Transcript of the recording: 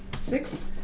Six